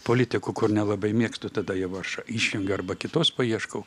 politikų kur nelabai mėgstu tada jau aš išjungiu arba kitos paieškau